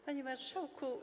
Panie Marszałku!